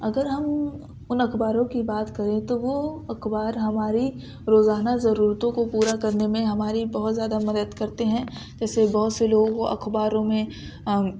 اگر ہم ان اخباروں کی بات کریں تو وہ اخبار ہماری روزانہ ضرورتوں کو پورا کرنے میں ہماری بہت زیادہ مدد کرتے ہیں جیسے بہت سے لوگوں کو اخباروں میں